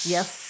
Yes